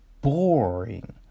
boring